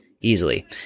Easily